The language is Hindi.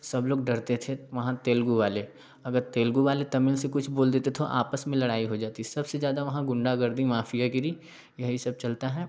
सब लोग डरते थे वहाँ तेलुगु वाले अगर तेलुगु वाले तमिल से कुछ बोल देते तो आपस में लड़ाई हो जाती सबसे ज़्यादा वहाँ गुंडागर्दी माफियागिरी यही सब चलता है